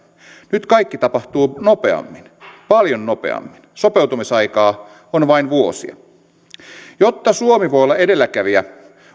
nyt kaikki tapahtuu nopeammin paljon nopeammin sopeutumisaikaa on vain vuosia jotta suomi voi olla edelläkävijä